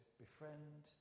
befriend